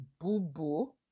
boo-boo